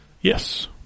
Yes